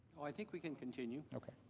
i think we can continue.